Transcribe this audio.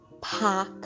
pack